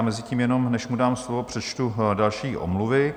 Mezitím jenom, než mu dám slovo, přečtu další omluvy.